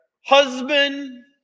husband